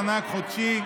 מענק חודשי),